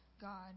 God